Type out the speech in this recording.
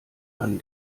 man